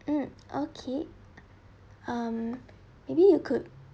mm okay um maybe you could